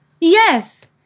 yes